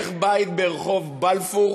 איך בית ברחוב בלפור